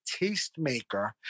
tastemaker